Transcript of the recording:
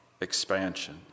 expansion